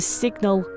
signal